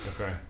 Okay